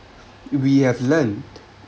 we have learned